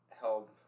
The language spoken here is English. help